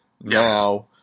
now